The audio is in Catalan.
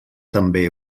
també